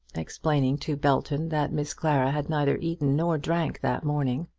explaining to belton that miss clara had neither eaten nor drank that morning.